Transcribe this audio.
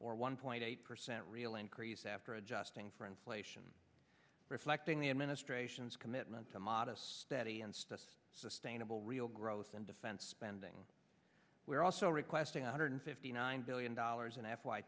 or one point eight percent real increase after adjusting for inflation reflecting the administration's commitment to modest steady and stuff sustainable real growth in defense spending we're also requesting a hundred fifty nine billion dollars in f y